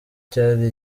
cyari